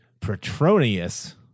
Petronius